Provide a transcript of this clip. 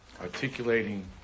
articulating